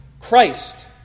Christ